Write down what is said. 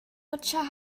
lutscher